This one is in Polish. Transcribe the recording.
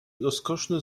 rozkoszne